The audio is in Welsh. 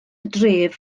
dref